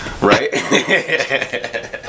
right